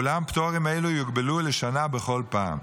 ואולם פטורים אלו יוגבלו לשנה בכל פעם.